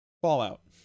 Fallout